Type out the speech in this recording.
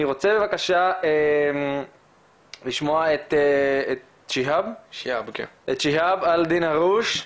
אני רוצה בבקשה לשמוע את שיהאב אלדין הרוש,